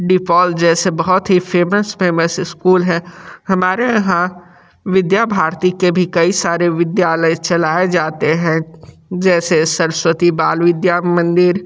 D Paul जैसे बहुत ही फ़ेमस फ़ेमस स्कूल हैं हमारे यहाँ विद्या भारती के भी कई सारे विद्यालय चलाए जाते हैं जैसे सरस्वती बाल विद्या मंदिर